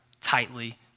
tightly